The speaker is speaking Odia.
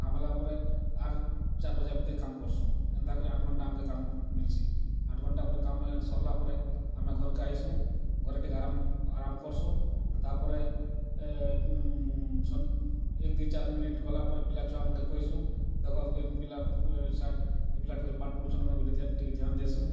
କାମ୍ ହେଲା ପରେ ଆର୍ ଚାର୍ ବଜେ ତକ କାମ କର୍ସୁଁ ଏନ୍ତା କରି ଆଠ୍ ଘଣ୍ଟା କେ ଆମ୍କେ କାମ ମିଲ୍ଛି ଆଠ୍ ଘଣ୍ଟା କେ କାମ ସରିଲା ପରେ ଆମେ ଘର୍ କେ ଆଇସୁଁ ଘରେ ଟିକେ ଆରାମ୍ ଆରାମ୍ କର୍ସୁଁ ତାପରେ ଏକ୍ ଦୁଇ ଚାର୍ ମିନିଟ୍ ଗଲା ପରେ ପିଲା ଛୁଆ ମାନ୍ କେ କହିସୁଁ ଦେଖ କେନ୍ ପିଲା ସାର୍ଟ ପିଲା ପାଠ୍ ପଢ଼ୁଛନ୍ ବୋଲି ଧ୍ୟାନ ଟିକେ ଧ୍ୟାନ ଦେସୁଁ